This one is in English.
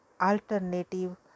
alternative